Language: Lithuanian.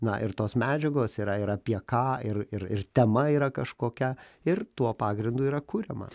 na ir tos medžiagos yra ir apie ką ir ir ir tema yra kažkokia ir tuo pagrindu yra kuriama